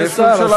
יש שר.